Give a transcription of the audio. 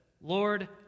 Lord